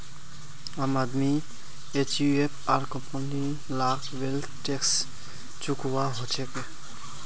आम आदमी एचयूएफ आर कंपनी लाक वैल्थ टैक्स चुकौव्वा हछेक